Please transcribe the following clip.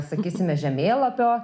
sakysime žemėlapio